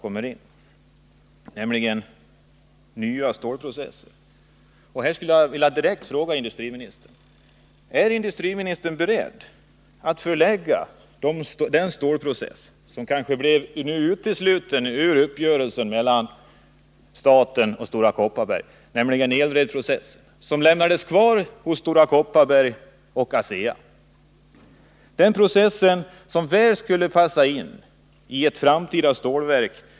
Det gäller nya stålprocesser, och jag vill direkt fråga: Är industriministern beredd att till Domnarvet förlägga den stålprocess som nu blev utesluten ur uppgörelsen mellan staten och Stora Kopparberg, nämligen elredprocessen, som lämnades kvar hos Stora Kopparberg och Asea? Den processen skulle väl passa iniett framtida stålverk.